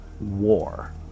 war